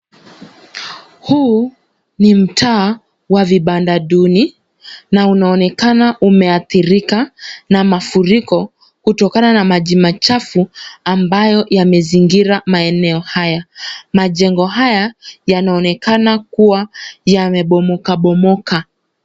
Huu ni mtaa wa vibanda duni na unaonekana umeathirika na mafuriko kutokana na maji machafu ambayo yamezingira maeneo haya. Majengo haya yanaonekana kuwa yamebomokabomoka.